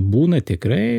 būna tikrai